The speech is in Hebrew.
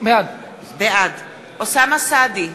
בעד אוסאמה סעדי,